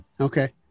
Okay